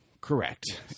Correct